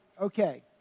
okay